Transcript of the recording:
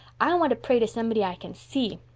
i want to pray to somebody i can see,